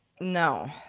No